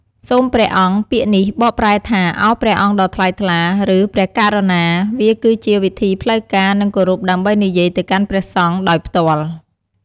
សូមព្រះអង្គ ពាក្យនេះបកប្រែថា "ឱព្រះអង្គដ៏ថ្លៃថ្លា" ឬ "ព្រះករុណា" វាគឺជាវិធីផ្លូវការ និងគោរពដើម្បីនិយាយទៅកាន់ព្រះសង្ឃដោយផ្ទាល់។